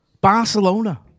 Barcelona